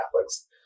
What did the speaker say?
Catholics